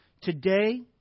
Today